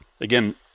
Again